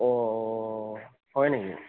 অ হয় নেকি